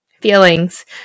feelings